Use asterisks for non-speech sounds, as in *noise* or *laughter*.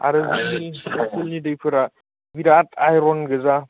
आरो *unintelligible* दैफोरा बिराद आइर'न गोजा